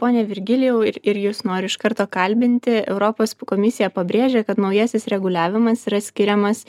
pone virgilijau ir ir jus noriu iš karto kalbinti europos komisija pabrėžia kad naujasis reguliavimas yra skiriamas